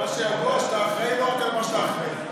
אתה אחראי לא רק על מה שאתה אחראי.